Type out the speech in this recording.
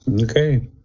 Okay